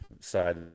side